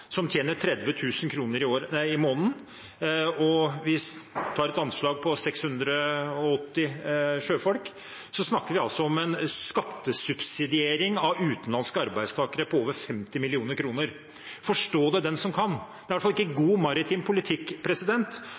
tjener 30 000 kr i måneden, og vi har et anslag på 680 sjøfolk – da snakker vi om en skattesubsidiering av utenlandske arbeidstakere på over 50 mill. kr. Forstå det, den som kan! Det er i hvert fall ikke god maritim politikk.